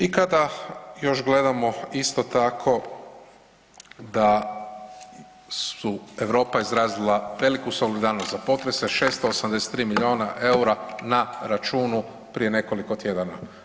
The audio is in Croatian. I kada još gledamo isto tako da je Europa izrazila veliku solidarnost za potrese 683 milijuna eura na računu prije nekoliko tjedana.